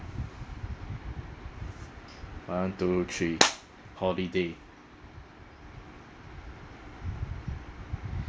one two three holiday